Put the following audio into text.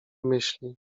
myśli